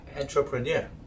entrepreneur